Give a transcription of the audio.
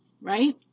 right